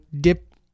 dip